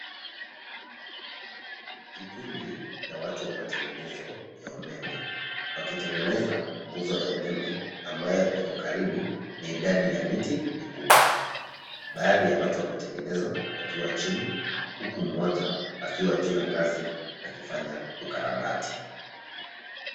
Kikundi, ya watu wa matengenezo, ya umeme, wakitengeneza nguzo ya umeme, ambayo iko karibu na idadi ya miti mikubwa. Baadhi ya watu wa matengenezo, wakiwa chini, huku mmoja akiwa juu ya ngazi, akifanya ukarabati.